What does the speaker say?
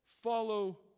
follow